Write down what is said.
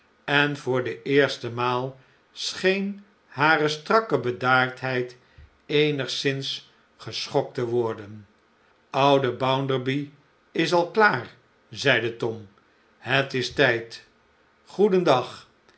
en voor de eerste maal scheen hare strakke bedaardheid eenigszins geschokt te worden oude bounderby is al klaar zeide tom het is tijd goedendag